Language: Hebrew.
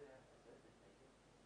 אנחנו לוקחים את הנושא הזה מאוד ברצינות.